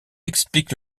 explique